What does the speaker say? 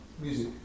music